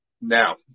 Now